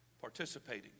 participating